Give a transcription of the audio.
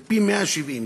זה פי-170.